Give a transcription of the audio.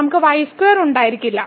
നമുക്ക് y square ഉണ്ടായിരിക്കില്ല